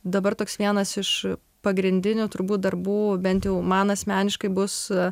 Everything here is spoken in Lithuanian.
dabar toks vienas iš pagrindinių turbūt darbų bent jau man asmeniškai bus